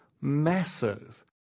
massive